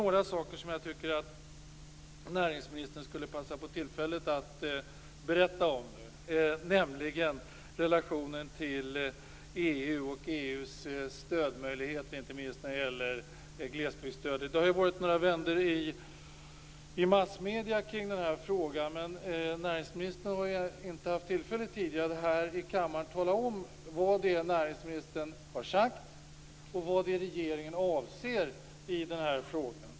Jag tycker också att näringsministern nu borde passa på tillfället att berätta om relationen till EU:s glesbygdsstöd. Det har varit några vändor i massmedierna om den här frågan, men näringsministern har inte tidigare haft tillfälle att i kammaren tala om vad näringsministern har sagt och vad regeringen avser att göra i detta sammanhang.